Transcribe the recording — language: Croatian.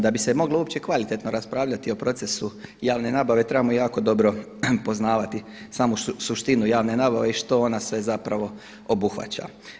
Da bi se moglo uopće kvalitetno raspravljati o procesu javne nabave trebamo jako dobro poznavati samu suštinu javne nabave i što ona sve zapravo obuhvaća.